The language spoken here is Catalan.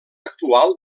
actual